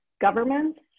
governments